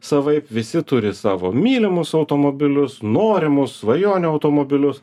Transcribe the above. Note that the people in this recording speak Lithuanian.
savaip visi turi savo mylimus automobilius norimus svajonių automobilius